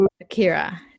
Akira